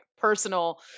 personal